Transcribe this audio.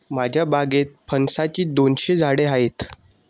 माझ्या बागेत फणसाची दोनशे झाडे आहेत